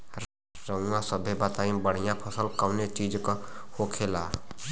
रउआ सभे बताई बढ़ियां फसल कवने चीज़क होखेला?